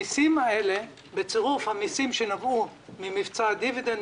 המיסים האלה בצירוף המיסים שנבעו ממבצע הדיווידנד,